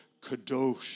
kadosh